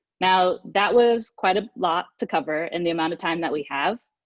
now, that was quite a lot to cover in the amount of time that we have.